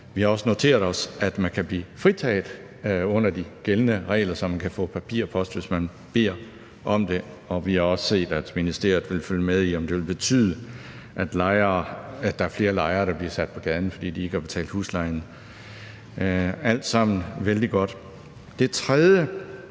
Vi har også noteret os, at man kan blive fritaget under de gældende regler, så man kan få papirpost, hvis man beder om det. Og vi har også set, at ministeriet vil følge med i, om det vil betyde, at der er flere lejere, der bliver sat på gaden, fordi de ikke har betalt huslejen. Alt sammen vældig godt.